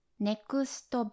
Next